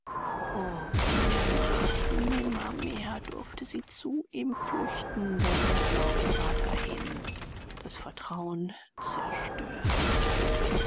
nimmermehr durfte sie zu ihm flüchten denn der glaube war dahin das vertrauen zerstört